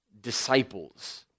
disciples